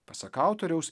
pasak autoriaus